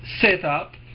setup